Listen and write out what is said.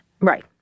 Right